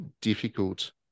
difficult